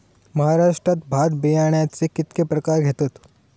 महाराष्ट्रात भात बियाण्याचे कीतके प्रकार घेतत?